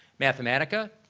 mathematica,